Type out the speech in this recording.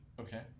Okay